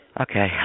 Okay